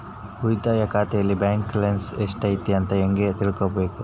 ಉಳಿತಾಯ ಖಾತೆಯಲ್ಲಿ ಬ್ಯಾಲೆನ್ಸ್ ಎಷ್ಟೈತಿ ಅಂತ ಹೆಂಗ ತಿಳ್ಕೊಬೇಕು?